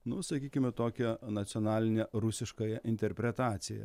nu sakykime tokią a nacionalinę rusiškąją interpretaciją